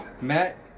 Matt